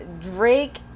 Drake